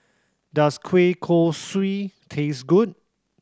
does kueh kosui taste good